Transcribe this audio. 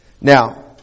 Now